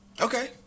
Okay